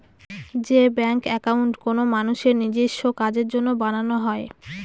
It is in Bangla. যে ব্যাঙ্ক একাউন্ট কোনো মানুষের নিজেস্ব কাজের জন্য বানানো হয়